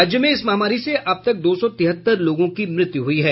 राज्य में इस महामारी से अब तक दो सौ तिहत्तर लोगों की मृत्यु हुई है